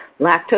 Lactose